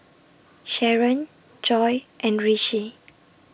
Sharen Joi and Rishi